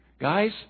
Guys